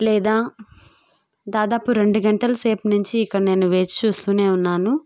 లేదా దాదాపు రెండు గంటల సేపు నుంచి ఇక్కడ నేను వేచి చూస్తూనే ఉన్నాను